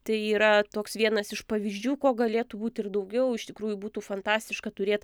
tai yra toks vienas iš pavyzdžių ko galėtų būt ir daugiau iš tikrųjų būtų fantastiška turėt